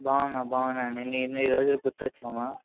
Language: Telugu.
బాగున్నా బాగున్నాను అండి ఇన్ని రోజులకు గుర్తు వచ్చానా